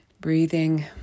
Breathing